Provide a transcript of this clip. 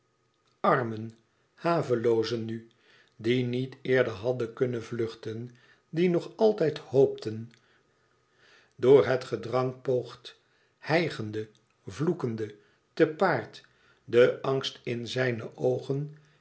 armen haveloozen nu die niet eerder hadden kunnen vluchten die nog altijd hoopten door het gedrang poogt hijgende vloekende te paard de angst in zijne oogen